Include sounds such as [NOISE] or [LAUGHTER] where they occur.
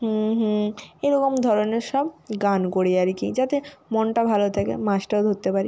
হুম [UNINTELLIGIBLE] হুম [UNINTELLIGIBLE] এ রকম ধরনের সব গান করি আর কী যাতে মনটাও ভালো থাকে মাছটাও ধরতে পারি